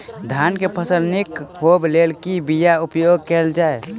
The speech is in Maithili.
धान केँ फसल निक होब लेल केँ बीया उपयोग कैल जाय?